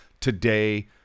today